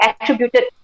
attributed